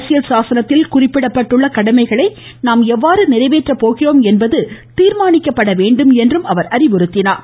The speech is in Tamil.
அரசியல் சாசனத்தில் குறிப்பிடப்பட்டுள்ள கடமைகளை நாம் எவ்வாறு நிறைவேற்றப் போகிறோம் என்பதை தீர்மானிக்க வேண்டும் என்றார்